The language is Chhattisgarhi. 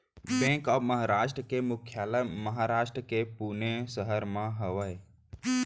बेंक ऑफ महारास्ट के मुख्यालय महारास्ट के पुने सहर म हवय